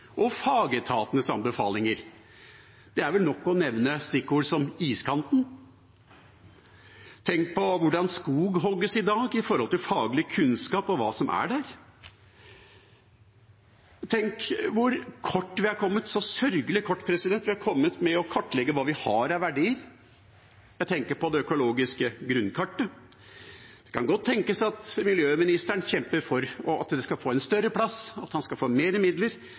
Det er nok å nevne et stikkord som «iskanten». Tenk også på hvordan skog hogges i dag til tross for faglig kunnskap om hva som er der. Tenk hvor sørgelig kort vi har kommet i å kartlegge hva vi har av verdier. Jeg tenker på det økologiske grunnkartet. Det kan godt tenkes at miljøministeren kjemper for at det skal få en større plass, og at han skal få mer midler,